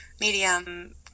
medium